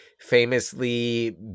famously